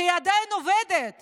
שהיא עדיין עובדת